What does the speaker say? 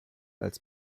als